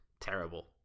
terrible